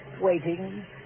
Waiting